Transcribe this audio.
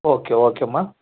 okay okay ಅಮ್ಮ